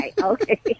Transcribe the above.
Okay